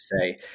say